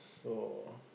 so